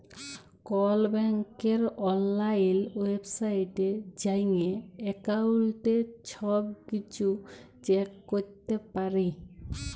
call ব্যাংকের অললাইল ওয়েবসাইটে যাঁয়ে এক্কাউল্টের ছব কিছু চ্যাক ক্যরতে পারি